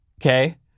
Okay